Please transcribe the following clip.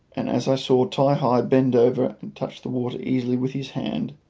and as i saw ti-hi bend over and touch the water easily with his hand,